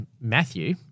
Matthew